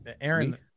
Aaron